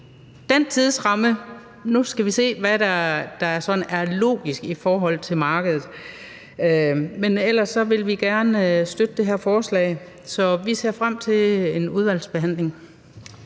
den tidsramme, for nu skal vi se, hvad der sådan er logisk i forhold til markedet. Men ellers vil vi gerne støtte det her forslag, så vi ser frem til udvalgsbehandlingen.